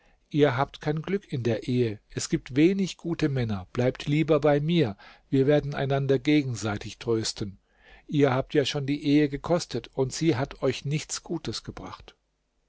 ihr habt kein glück in der ehe es gibt wenig gute männer bleibt lieber bei mir wir werden einander gegenseitig trösten ihr habt ja schon die ehe gekostet und sie hat euch nichts gutes gebracht